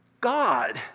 God